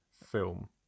film